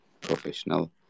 professional